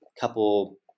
couple